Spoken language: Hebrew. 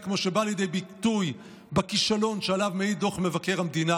כמו שבא לידי ביטוי בכישלון שעליו מעיד דוח מבקר המדינה.